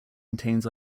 contains